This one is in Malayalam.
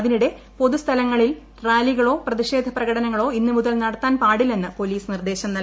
അതിനിടെപൊതു സ്ഥലങ്ങളിൽ റാലികളോ പ്രതിഷേധ പ്രകടനങ്ങളോ ഇന്നു മുതൽ നടത്താൻ പാടില്ലെന്ന് പൊലീസ് നിർദ്ദേശം നൽകി